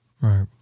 Right